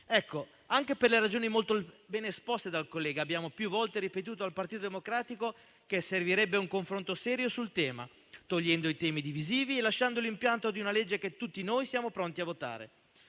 Anche per le ragioni molto ben esposte dal collega abbiamo più volte ripetuto al Partito Democratico che servirebbe un confronto serio sul tema, togliendo i temi divisivi e lasciando l'impianto di una legge che tutti siamo pronti a votare.